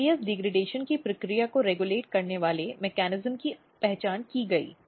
नाभिक डिग्रेडेशनकी प्रक्रिया को रेगुलेट करने वाले मेकैनिज्म की और पहचान की गई